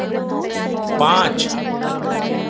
पाँच